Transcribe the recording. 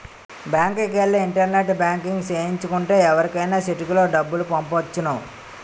బ్యాంకుకెల్లి internet banking సేయించు కుంటే ఎవరికైనా సిటికలో డబ్బులు పంపొచ్చును